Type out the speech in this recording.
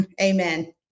Amen